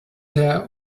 der